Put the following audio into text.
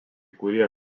kurie